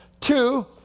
Two